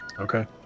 Okay